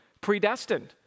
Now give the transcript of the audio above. predestined